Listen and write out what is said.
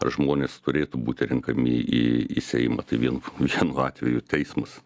žmonės turėtų būti renkami į į seimą tai vien vienu atveju teismas